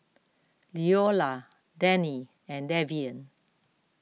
Leola Dennie and Davian